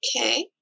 Okay